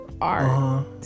art